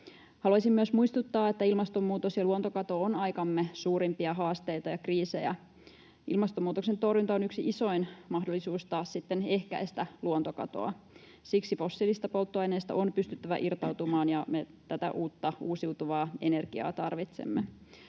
Haluaisin myös muistuttaa, että ilmastonmuutos ja luontokato ovat aikamme suurimpia haasteita ja kriisejä. Ilmastonmuutoksen torjunta on yksi isoin mahdollisuus taas sitten ehkäistä luontokatoa. Siksi fossiilisista polttoaineista on pystyttävä irtautumaan ja me tätä uutta uusiutuvaa energiaa tarvitsemme.